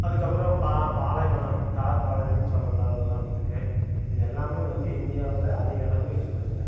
அதுக்கு அப்புறம் ப பாலைவனம் தார் பாலைவனம்ன்னு சொல்லலாம் உதாரணத்துக்கு இது எல்லாமே வந்து இந்தியாவில் அதிக அளவு இருக்குதுங்க